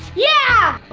yeah!